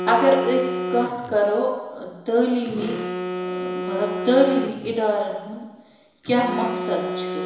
اَگر أسۍ کَتھ کَرَو تعلیٖمی مطلب تعلیٖمی اِدارَن ہُنٛد کیٛاہ مقصد چھُ